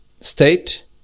state